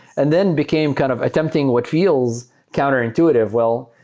and then became kind of attempting what feels counterintuitive. well,